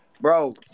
Bro